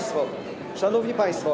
Szanowni Państwo!